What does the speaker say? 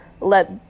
let